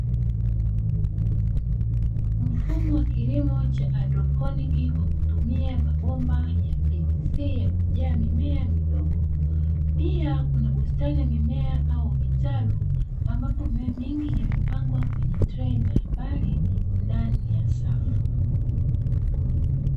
Mfumo wa kilimo cha haidroponi kwa kutumia mabomba ya "PVC", yaliyojaa mimea midogo, pia kuna bustani ya mimea au vitalu ambapo mimea mingi imepandwa kwenye trei mbalimbali, ndani ya safu.